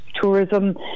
tourism